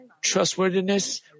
trustworthiness